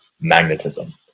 magnetism